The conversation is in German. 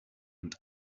und